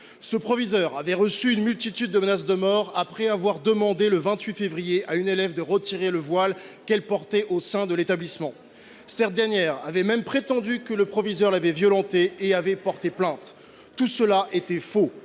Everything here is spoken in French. Ce proviseur avait reçu une multitude de menaces de mort après avoir demandé à une élève, le 28 février dernier, de retirer le voile qu’elle portait au sein de l’établissement. Cette dernière avait même prétendu que le proviseur l’avait violentée, et elle avait porté plainte. Tout cela était faux,